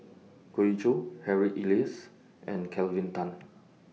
Goh Ee Choo Harry Elias and Kelvin Tan